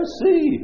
see